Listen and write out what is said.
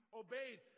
obeyed